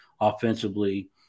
offensively